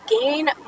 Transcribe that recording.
gain